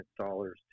installers